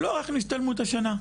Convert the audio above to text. לא הלכנו להשתלמות השנה.